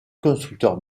constructeurs